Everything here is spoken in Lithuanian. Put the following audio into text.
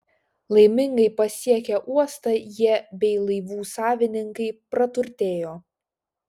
laimingai pasiekę uostą jie bei laivų savininkai praturtėjo